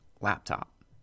laptop